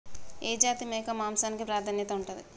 ఏ జాతి మేక మాంసానికి ప్రాధాన్యత ఉంటది?